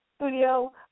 studio